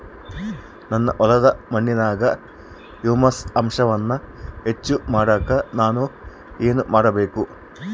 ನನ್ನ ಹೊಲದ ಮಣ್ಣಿನಾಗ ಹ್ಯೂಮಸ್ ಅಂಶವನ್ನ ಹೆಚ್ಚು ಮಾಡಾಕ ನಾನು ಏನು ಮಾಡಬೇಕು?